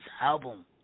album